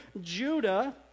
Judah